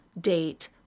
date